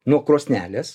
nuo krosnelės